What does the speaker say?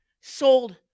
sold